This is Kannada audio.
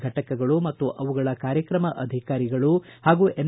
ಫಟಕಗಳು ಮತ್ತು ಅವುಗಳು ಕಾರ್ಯಕ್ರಮ ಅಧಿಕಾರಿಗಳು ಹಾಗೂ ಎನ್